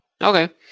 Okay